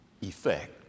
effect